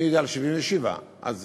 79. אני יודע על 77. אז